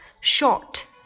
short